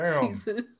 Jesus